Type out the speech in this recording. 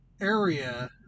area